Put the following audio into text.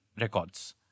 records